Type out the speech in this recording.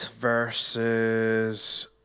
versus